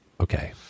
okay